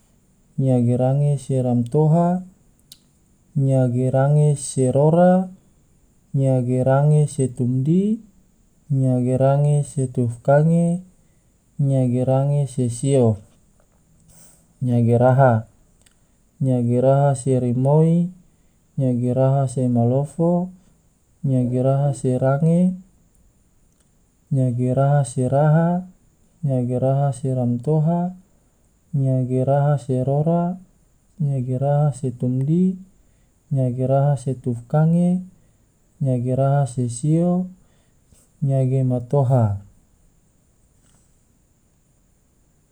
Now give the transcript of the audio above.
Nyagi range se ramtoha, nyagi range se rora, nyagi range se tomdi, nyagi range se tufkage, nyagi range se sio, nyagi raha, nyagi raha se rimoi, nyagi raha se malofo nyagi raha se range, nyagi raha se raha, nyagi raha se ramtoha, nyagi raha se rora, nyagi raha se tomdi, nyagi raha se tufkange, nyagi raha se sio, nyagi matoha.